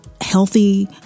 healthy